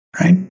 right